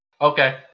okay